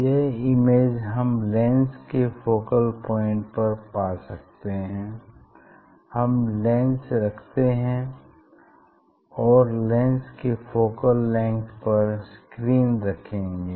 यह इमेज हम लेंस के फोकल पॉइंट पर पा सकते हैं हम लेंस रखते हैं और लेंस के फोकल लेंग्थ पर स्क्रीन रखेंगे